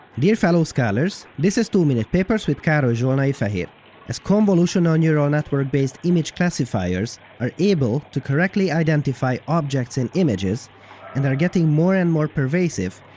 dear fellow scholars, this is two minute papers with karoly kind of zsolnai-feher. as convolutional neural network-based image classifiers are able to correctly identify objects in images and are getting more and more pervasive,